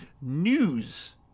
News